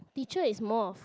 teacher is more of